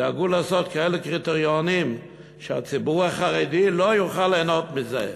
דאגו לעשות כאלה קריטריונים שהציבור החרדי לא יוכל ליהנות מזה.